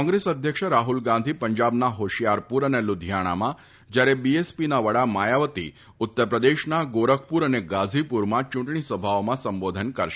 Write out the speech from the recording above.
કોંગ્રેસ અધ્યક્ષ રાહુલ ગાંધી પંજાબના જોશિયારપુર અને લુધિયાણામાં જ્યારે બીએસપીના વડા માથાવતી ઉત્તર પ્રદેશના ગોરખપુર અને ગાઝીપુરમાં ચૂંટણી સભાઓમાં સંબોધન કરશે